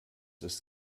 ist